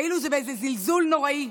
באיזה זלזול נוראי.